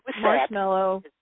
marshmallow